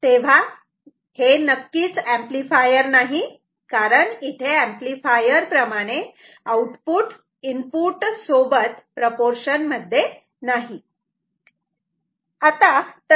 तेव्हा हे एंपलीफायर नाही कारण इथे ऍम्प्लिफायर प्रमाणे आउटपुट इनपुटसोबत प्रोपोर्शन मध्ये नाही